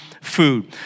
food